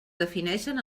defineixen